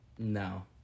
No